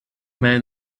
man